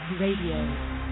RADIO